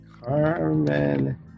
Carmen